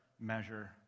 measure